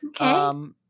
Okay